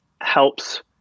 helps